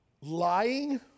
lying